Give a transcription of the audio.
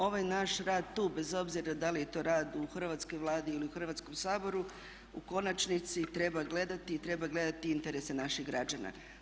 Ovaj naš rad tu bez obzira da li je to rad u hrvatskoj Vladi ili u Hrvatskom saboru u konačnici treba gledati i treba gledati interese naših građana.